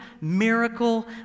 miracle